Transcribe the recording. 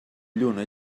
lluna